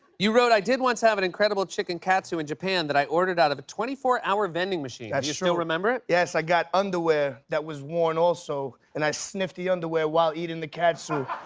you wrote, i did once have an incredible chicken katsu in japan that i ordered out of a twenty four hour vending machine. that's true. you still remember it? yes, i got underwear that was worn, also, and i sniffed the underwear while eating the katsu.